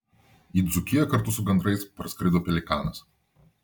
į dzūkiją kartu su gandrais parskrido pelikanas